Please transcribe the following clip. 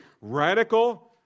radical